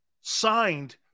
signed